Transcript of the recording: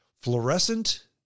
Fluorescent